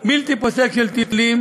בלתי פוסק של טילים,